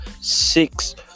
six